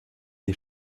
des